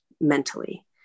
mentally